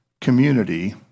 community